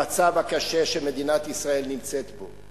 המצב הקשה שמדינת ישראל נמצאת בו,